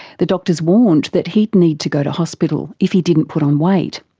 the doctor warned that he'd need to go to hospital if he didn't put on weight.